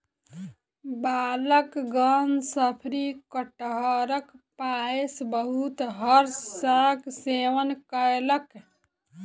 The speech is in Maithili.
बालकगण शफरी कटहरक पायस बहुत हर्ष सॅ सेवन कयलक